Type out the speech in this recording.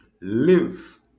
Live